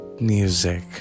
music